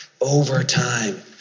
overtime